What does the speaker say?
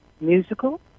musical